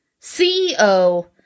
CEO